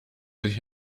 sich